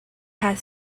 had